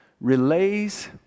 relays